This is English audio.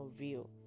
real